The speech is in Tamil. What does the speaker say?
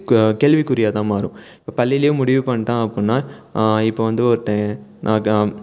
கு கேள்விக்குறியாக தான் மாறும் இப்போ பள்ளியிலேயே முடிவு பண்ணிட்டான் அப்புடின்னா இப்போ வந்து ஒருத்தன் நான்